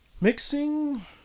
mixing